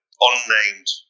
unnamed